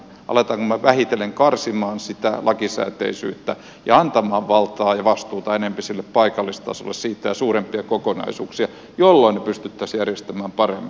alammeko me vähitellen karsia sitä lakisääteisyyttä ja antaa valtaa ja vastuuta enempi sille paikallistasolle siirtää suurempia kokonaisuuksia jolloin ne pystyttäisiin järjestämään paremmin